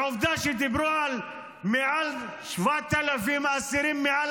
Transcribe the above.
עובדה שדיברו על מעל 7,000 אסירים מעל